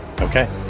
Okay